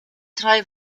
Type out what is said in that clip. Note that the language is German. drei